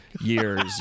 years